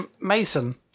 Mason